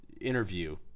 interview